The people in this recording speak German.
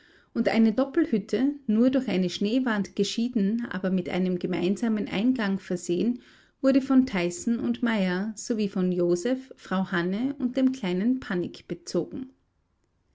und eine doppelhütte nur durch eine schneewand geschieden aber mit einem gemeinsamen eingang versehen wurde von tyson und meyer sowie von joseph frau hanne und dem kleinen pannik bezogen